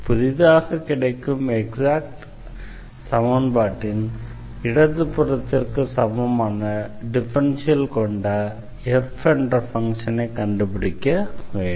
புதிதாக கிடைக்கும் எக்ஸாக்ட் சமன்பாட்டின் இடது புறத்திற்கு சமமான டிஃபரன்ஷியல் கொண்ட f என்ற ஃபங்ஷனை கண்டுபிடிக்க வேண்டும்